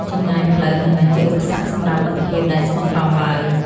ចម្ងាយផ្លូវមិនមែនជាឧបសគ្គសម្រាប់មិត្តភាពដែលស្មោះត្រង់ឡើយ។